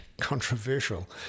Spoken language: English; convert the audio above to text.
controversial